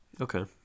Okay